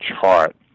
chart